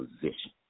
position